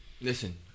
Listen